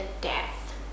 death